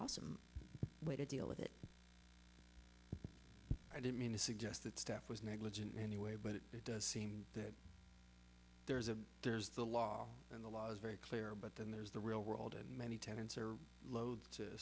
awesome way to deal with it i didn't mean to suggest that steph was negligent in any way but it does seem that there's a there's the law and the law is very clear but then there's the real world and many tenants are loathe to